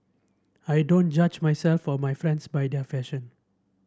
I don't judge myself for my friends by their fashion